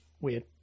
Weird